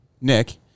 Nick